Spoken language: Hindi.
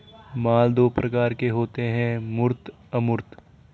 माल दो प्रकार के होते है मूर्त अमूर्त